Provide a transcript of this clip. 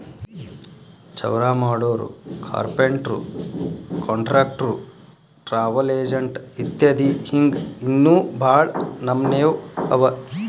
ಚೌರಾಮಾಡೊರು, carpenter, contractor, travel agent ಇತ್ಯದಿ ಹಿಂಗ್ ಇನ್ನೋ ಭಾಳ್ ನಮ್ನೇವ್ ಅವ